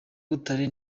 butare